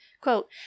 Quote